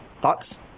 thoughts